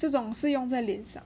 这种是用在脸上